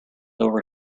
over